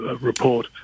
report